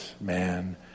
man